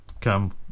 come